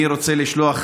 אני רוצה לשלוח